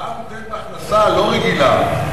זה הוצאה מותנית בהכנסה, לא רגילה.